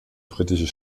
britische